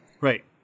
Right